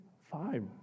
Five